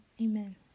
Amen